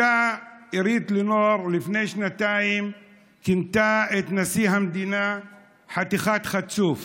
אותה עירית לינור לפני שנתיים כינתה את נשיא המדינה "חתיכת חצוף".